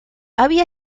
había